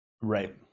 Right